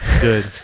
good